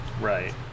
Right